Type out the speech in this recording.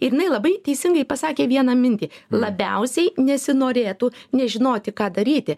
ir jinai labai teisingai pasakė vieną mintį labiausiai nesinorėtų nežinoti ką daryti